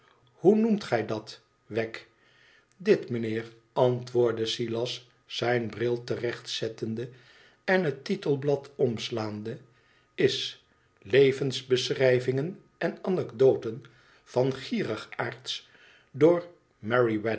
hoe noemt gij dat wegg dit mijnheer antwoordde silas zijn bril te recht zettende en het titelblad omslaande is levensbeschrijvingen en anekdoten van gierigaards door